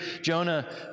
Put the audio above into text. Jonah